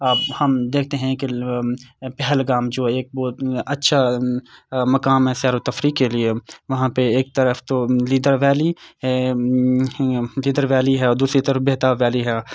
اب ہم دیکھتے ہیں کہ پہلگام جو ایک بہت اچھا مقام ہے سیر و تفریح کے لیے وہاں پہ ایک طرف تو لیدر ویلی لیدر ویلی ہے اور دوسری طرف بیتاب ویلی ہے